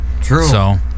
True